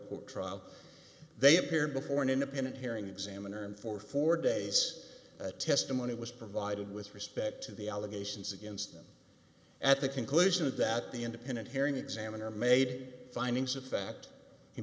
trial they appeared before an independent hearing examiner and for four days testimony was provided with respect to the allegations against them at the conclusion of that the independent hearing examiner made findings of fact he